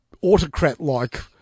autocrat-like